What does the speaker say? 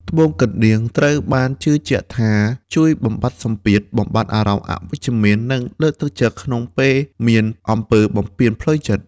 ត្បូងកណ្ដៀងត្រូវបានជឿជាក់ថាជួយបំបាត់សំពាធ បំបាត់អារម្មណ៍អវិជ្ជមាន និងលើកទឹកចិត្តក្នុងពេលមានអំពើបំពានផ្លូវចិត្ត។